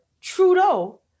Trudeau